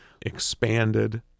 expanded